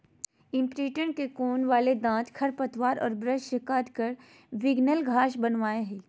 imprinter के कोण वाले दांत खरपतवार और ब्रश से काटकर भिन्गल घास बनावैय हइ